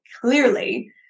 clearly